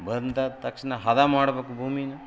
ಬಂದಾದ ತಕ್ಷಣ ಹದ ಮಾಡ್ಬೇಕ್ ಭೂಮೀನ